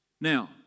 Now